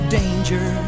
danger